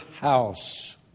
house